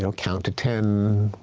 so count to ten,